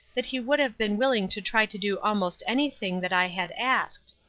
that he would have been willing to try to do almost anything that i had asked.